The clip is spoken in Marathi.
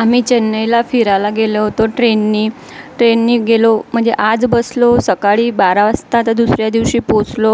आम्ही चेन्नईला फिरायला गेलो होतो ट्रेननी ट्रेननी गेलो म्हणजे आज बसलो सकाळी बारा वाजता आता दुसऱ्या दिवशी पोचलो